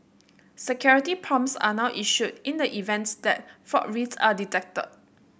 security prompts are now issued in the events that fraud risk are detected